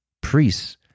priests